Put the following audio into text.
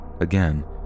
again